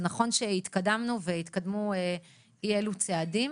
זה נכון שהתקדמנו והתקדמו אי אילו צעדים.